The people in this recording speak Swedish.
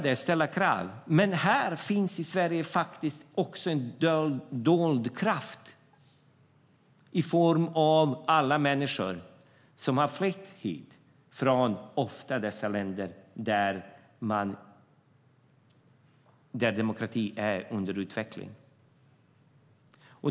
I Sverige finns faktiskt en dold kraft i form av alla människor som har flytt hit, ofta från länder där demokrati är under utveckling.